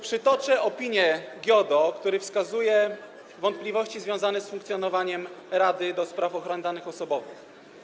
Przytoczę opinię GIODO, który przedstawia wątpliwości związane z funkcjonowaniem Rady do Spraw Ochrony Danych Osobowych: